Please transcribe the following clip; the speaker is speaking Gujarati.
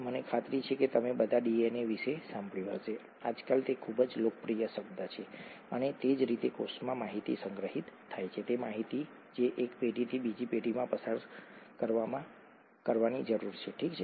મને ખાતરી છે કે તમે બધાએ ડીએનએ વિશે સાંભળ્યું હશે આજકાલ તે ખૂબ જ લોકપ્રિય શબ્દ છે અને તે જ રીતે કોષમાં માહિતી સંગ્રહિત થાય છે તે માહિતી જે એક પેઢીથી બીજી પેઢીમાં પસાર કરવાની જરૂર છે ઠીક છે